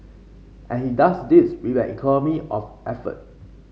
and he does this with an economy of effort